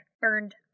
burned